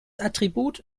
attribut